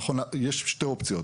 יש שתי אופציות,